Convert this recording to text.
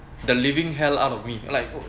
the living hell out of me like